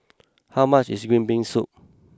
how much is green bean soup